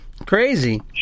Crazy